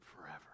forever